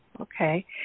Okay